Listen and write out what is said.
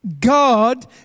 God